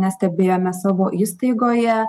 nestebėjome savo įstaigoje